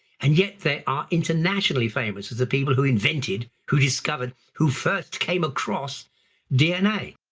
and yet they are internationally famous as the people who invented, who discovered, who first came across dna.